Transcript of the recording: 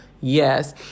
yes